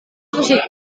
musik